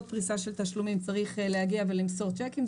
פריסה של תשלומים צריך להגיע ולמסור צ'קים.